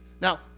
Now